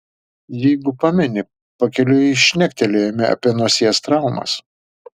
jeigu pameni pakeliui šnektelėjome apie nosies traumas